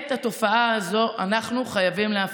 את התופעה הזאת אנחנו חייבים להפסיק.